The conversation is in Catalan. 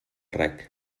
reg